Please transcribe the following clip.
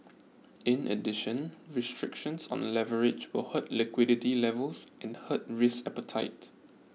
in addition restrictions on leverage will hurt liquidity levels and hurt risk appetite